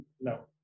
no